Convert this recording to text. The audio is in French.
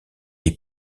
est